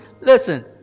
listen